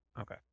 Okay